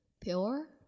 pure